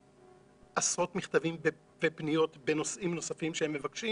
ובעשרות מכתבים ופניות בנושאים נוספים שהם מבקשים